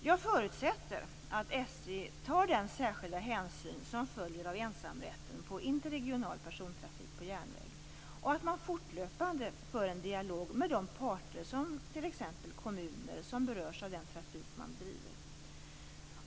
Jag förutsätter att SJ tar den särskilda hänsyn som följer av ensamrätten på interregional persontrafik på järnväg och att man fortlöpande för en dialog med de parter, t.ex. kommuner, som berörs av den trafik man bedriver.